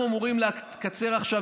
אנחנו אמורים לקצר עכשיו,